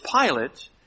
Pilate